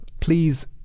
please